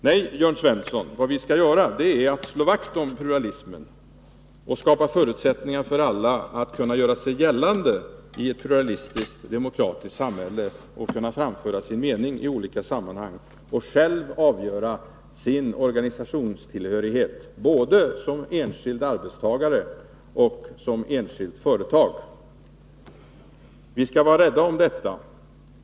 Nej, Jörn Svensson, vad vi skall göra är att slå vakt om pluralismen och skapa förutsättningar för alla att kunna göra sig gällande i ett pluralistiskt, demokratiskt samhälle, att kunna framföra sin mening i olika sammanhang och att själva avgöra sin organisationstillhörighet både som enskild arbetstagare och som enskilt företag. Vi skall vara rädda om detta.